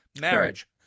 marriage